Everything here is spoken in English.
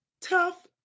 tough